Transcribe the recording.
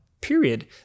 period